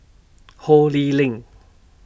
Ho Lee Ling